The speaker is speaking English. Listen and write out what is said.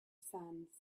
sands